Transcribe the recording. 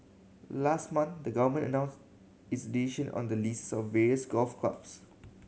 last month the Government announced its on the leases of various golf clubs